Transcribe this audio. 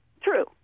True